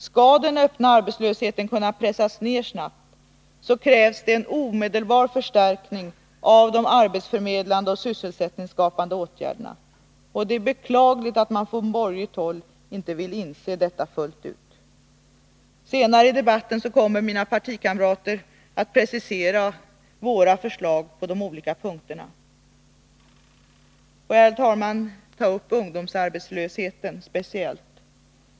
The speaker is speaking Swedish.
Skall den öppna arbetslösheten kunna pressas ned snabbt krävs en omedelbar förstärkning av de arbetsförmedlande och sysselsättningsskapande åtgärderna. Det är beklagligt att man från borgerligt håll inte vill inse detta fullt ut. Senare i debatten kommer mina partikamrater att precisera våra förslag på de olika punkterna. Får jag, herr talman, ta upp ungdomsarbetslösheten speciellt.